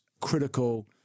critical